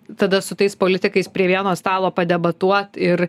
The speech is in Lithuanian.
tada su tais politikais prie vieno stalo padebatuot ir